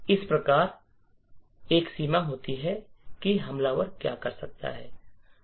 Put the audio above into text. इस प्रकार एक सीमा होती है कि हमलावर क्या कर सकता है